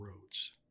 roads